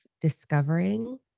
discovering